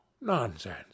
nonsense